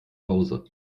hause